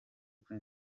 kuri